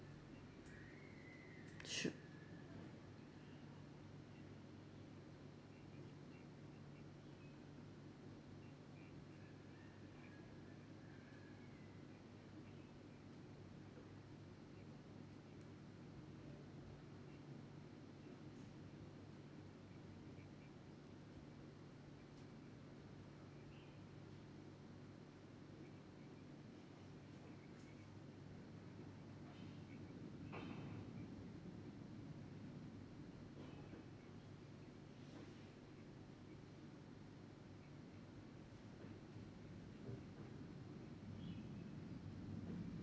should